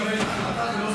ולא מתקבלת החלטה,